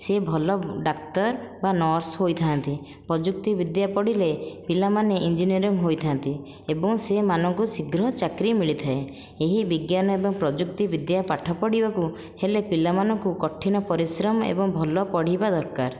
ସିଏ ଭଲ ଡାକ୍ତର ବା ନର୍ସ ହୋଇଥାନ୍ତି ପ୍ରଯୁକ୍ତି ବିଦ୍ୟା ପଢ଼ିଲେ ପିଲାମାନେ ଇଞ୍ଜିନିୟରିଂ ହୋଇଥାନ୍ତି ଏବଂ ସେମାନଙ୍କୁ ଶୀଘ୍ର ଚାକିରି ମିଳିଥାଏ ଏହି ବିଜ୍ଞାନ ଏବଂ ପ୍ରଯୁକ୍ତି ବିଦ୍ୟା ପାଠ ପଢ଼ିବାକୁ ହେଲେ ପିଲାମାନଙ୍କୁ କଠିନ ପରିଶ୍ରମ ଏବଂ ଭଲ ପଢ଼ିବା ଦରକାର